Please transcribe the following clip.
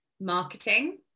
marketing